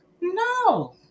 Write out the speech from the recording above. No